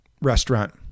restaurant